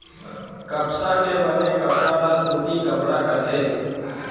कपसा के बने कपड़ा ल सूती कपड़ा कथें